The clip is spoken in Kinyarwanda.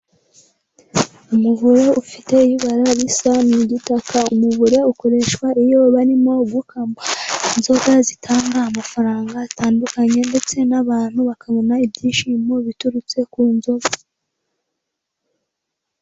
Umuvure ufite ibara risa n'igitaka, umuvure ukoreshwa iyo barimo gukama inzoga zitanga amafaranga atandukanye, ndetse n'abantu bakabona ibyishimo biturutse ku nzoga.